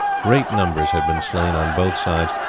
great numbers had been slain on both sides,